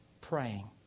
praying